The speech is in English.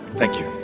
thank you.